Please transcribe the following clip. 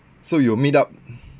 so you'll meet up